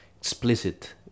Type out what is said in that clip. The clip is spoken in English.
explicit